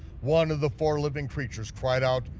one of the four living creature cried out,